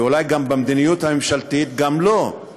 ואולי גם במדיניות הממשלתית, גם להם